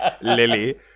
Lily